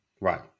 Right